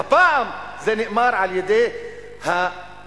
הפעם זה נאמר על-ידי האיש